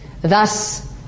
Thus